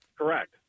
Correct